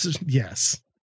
Yes